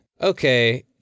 Okay